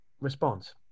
response